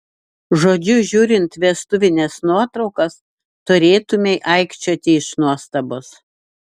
žodžiu žiūrint vestuvines nuotraukas turėtumei aikčioti iš nuostabos